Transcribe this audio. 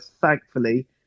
thankfully